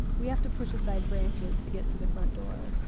we have to push aside branches to get to the front door